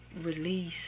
release